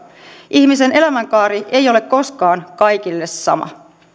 ihmisen elämänkaari ei ole koskaan kaikille sama